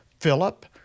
Philip